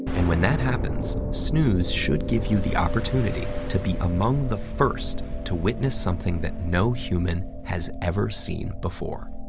and when that happens, snews should give you the opportunity to be among the first to witness something that no human has ever seen before.